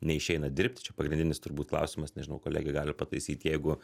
neišeina dirbti čia pagrindinis turbūt klausimas nežinau kolegė gali pataisyt jeigu